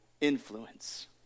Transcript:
influence